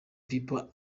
people